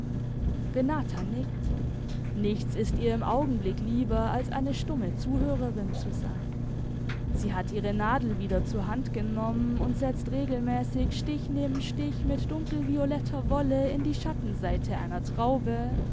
renata nickt nichts ist ihr im augenblick lieber als eine stumme zuhörerin zu sein sie hat ihre nadel wieder zur hand genommen und setzt regelmäßig stich neben stich mit dunkelvioletter wolle in die schattenseite einer traube